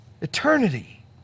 eternity